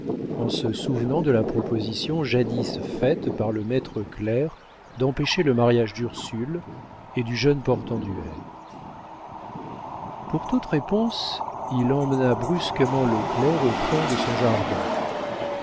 en se souvenant de la proposition jadis faite par le maître clerc d'empêcher le mariage d'ursule et du jeune portenduère pour toute réponse il emmena brusquement le clerc au fond de son jardin